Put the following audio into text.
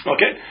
Okay